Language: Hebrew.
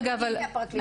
הפונקציה